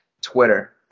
Twitter